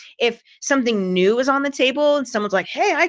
if something new is on the table, and someone's like, hey, i,